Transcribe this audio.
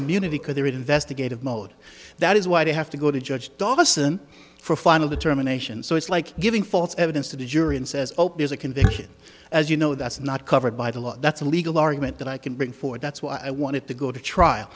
immunity because their investigative mode that is why they have to go to judge dawson for final determination so it's like giving false evidence to the jury and says opie is a conviction as you know that's not covered by the law that's a legal argument that i can bring forward that's why i wanted to go to trial